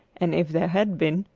and if there had been,